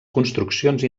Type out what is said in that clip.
construccions